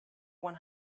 one